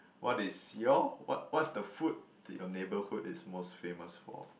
what is your what what's the food that your neighbourhood is most famous for